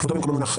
כבודו במקומו מונח.